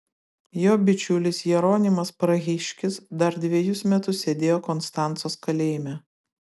jo bičiulis jeronimas prahiškis dar dvejus metus sėdėjo konstancos kalėjime